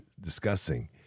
discussing